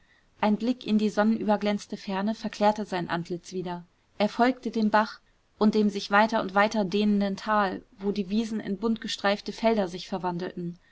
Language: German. ein blick in die sonnenüberglänzte ferne verklärte sein antlitz wieder er folgte dem bach und dem sich weiter und weiter dehnenden tal wo die wiesen in buntgestreifte felder sich verwandelten